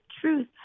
truth